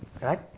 right